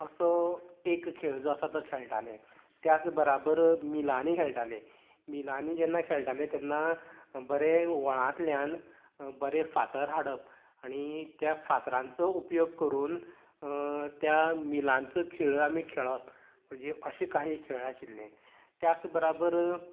असो एक खेळ जो आसा तो खेळटाले त्याच बराबर मिलांनी खेळटाले मिलांनी जेन्ना खेळटाले तेन्ना बरें व्हाळांतल्यान बरे फातर हाडप आनी त्या फातरांचो उपयोग करून त्या मिलांचो खेळ आमी खेळप म्हणजे अशे काही खेळ आशिल्ले त्याच बराबर